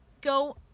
go